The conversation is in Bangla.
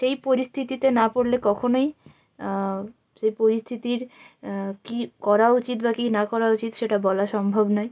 সেই পরিস্থিতিতে না পড়লে কখনওই সেই পরিস্থিতির কী করা উচিত বা কী না করা উচিত সেটা বলা সম্ভব নয়